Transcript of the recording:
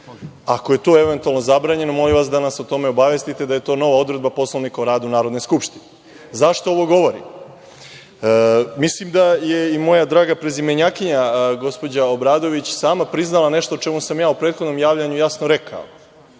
Ako je to eventualno zabranjeno, molimo vas da nas o tome obavestite da je to nova odredba Poslovnika o radu Narodne skupštine.Zašto ovo govorim? Mislim da je i moja draga prezimenjakinja, gospođa Obradović, sama priznala nešto čemu sam ja u prethodnom javljanju jasno rekao,